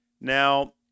Now